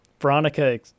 Veronica